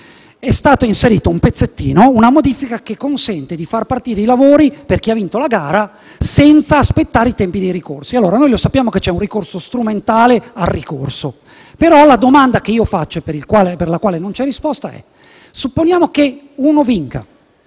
È stato inserito un "pezzettino", una modifica che consente di far partire i lavori per chi ha vinto la gara senza aspettare i tempi dei ricorsi. Sappiamo che c'è un ricorso strumentale al ricorso, però faccio una domanda per la quale non c'è risposta. Supponiamo che uno vinca